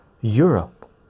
europe